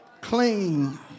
clean